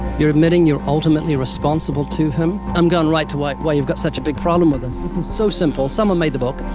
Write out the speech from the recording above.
you're admitting you're ultimately responsible to him. i'm going right to why why you've got such a big problem with this. this is so simple. someone made the book.